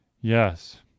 Yes